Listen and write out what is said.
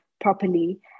properly